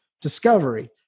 Discovery